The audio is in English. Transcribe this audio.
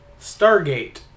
Stargate